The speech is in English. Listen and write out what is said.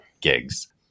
gigs